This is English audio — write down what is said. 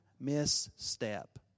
misstep